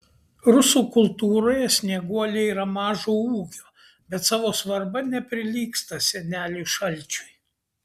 rusų kultūroje snieguolė yra mažo ūgio bet savo svarba neprilygsta seneliui šalčiui